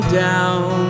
down